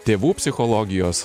tėvų psichologijos